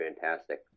fantastic